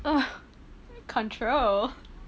ugh control